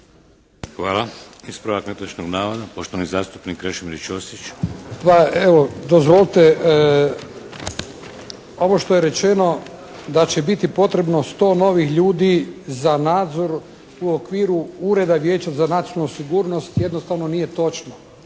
Hvala. Ispravak netočnog navoda, poštovani zastupnik Krešimir Ćosić. **Ćosić, Krešimir (HDZ)** Pa evo, dozvolite, ovo što je rečeno da će biti potrebno 100 novih ljudi za nadzor u okviru Ureda vijeća za nacionalnu sigurnost jednostavno nije točno.